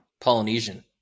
Polynesian